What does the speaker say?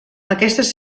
aquestes